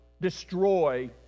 destroy